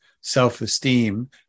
self-esteem